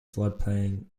floodplain